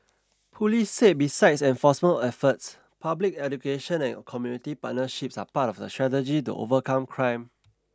police said besides enforcement efforts public education and community partnerships are part of the strategy to overcome crime